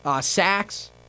sacks